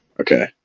okay